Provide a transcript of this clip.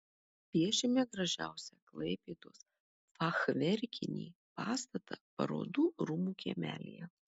piešime gražiausią klaipėdos fachverkinį pastatą parodų rūmų kiemelyje